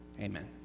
Amen